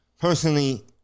personally